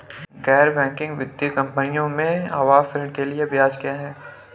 गैर बैंकिंग वित्तीय कंपनियों में आवास ऋण के लिए ब्याज क्या है?